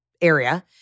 area